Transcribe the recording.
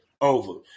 over